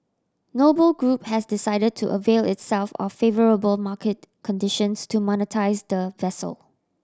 Noble Group has decided to avail itself of favourable market conditions to monetise the vessel